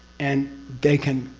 and they can.